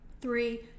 three